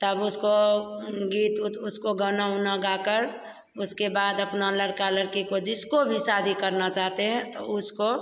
तब उसको गीत ऊत उसको गाना ओना गाकर उसके बाद अपना लड़का लड़की को जिसको भी शादी करना चाहते हैं तो उसको